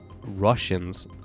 Russians